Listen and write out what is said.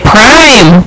Prime